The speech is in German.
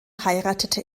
heiratete